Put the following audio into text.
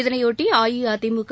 இதனையொட்டி அஇஅதிமுக